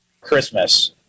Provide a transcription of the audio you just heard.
Christmas